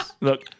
Look